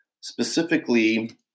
specifically